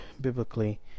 biblically